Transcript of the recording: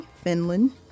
Finland